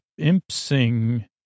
impsing